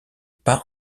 pas